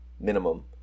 minimum